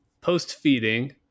post-feeding